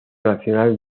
nacional